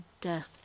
death